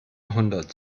hundert